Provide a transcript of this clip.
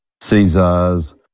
Caesars